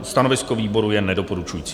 Stanovisko výboru je nedoporučující.